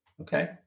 Okay